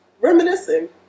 reminiscing